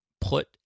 put